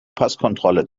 passkontrolle